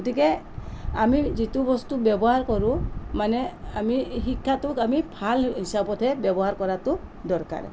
গতিকে আমি যিটো বস্তু ব্যৱহাৰ কৰোঁ মানে আমি শিক্ষাটোক আমি ভাল হিচাপতহে ব্যৱহাৰ কৰাটো দৰকাৰ